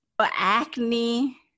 acne